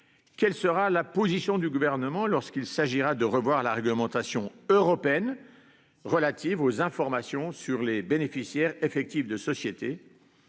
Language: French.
Quelle sera la position du gouvernement lorsqu'il s'agira de revoir la réglementation européenne. Relative aux informations sur les bénéficiaires effectifs de société.--